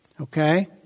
Okay